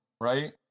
right